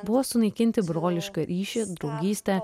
buvo sunaikinti brolišką ryšį draugystę